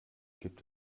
gibt